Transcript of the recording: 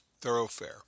thoroughfare